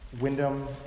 Wyndham